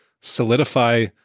solidify